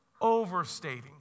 overstating